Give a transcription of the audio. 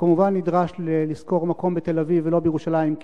הוא כמובן נדרש לשכור מקום בתל-אביב ולא בירושלים,